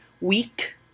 week